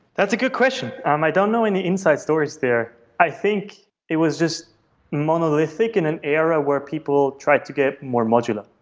that's a good question. um i don't know any inside stories there. i think it was just monolithic in an era where people tried to get more modular.